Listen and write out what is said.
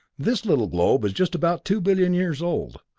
this little globe is just about two billion years old.